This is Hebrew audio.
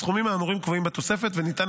הסכומים האמורים קבועים בתוספת וניתן